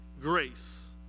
grace